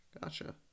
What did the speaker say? gotcha